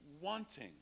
wanting